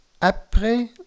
après